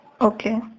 Okay